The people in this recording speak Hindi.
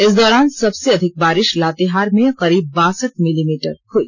इस दौरान सबसे अधिक बारिष लातेहार में करीब बासठ मिलीमीटर बारिष हई